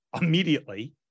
immediately